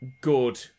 good